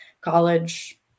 college